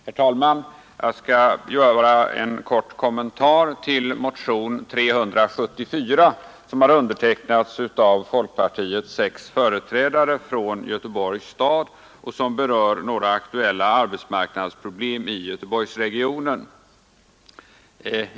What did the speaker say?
Herr talman! Jag skall göra en kort kommentar till motionen 374 som undertecknats av folkpartiets sex företrädare från Göteborgs stad och som berör några aktuella arbetsmarknadsproblem i Göteborgsregionen.